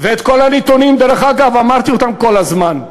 וכל הנתונים, דרך אגב, אמרתי אותם כל הזמן.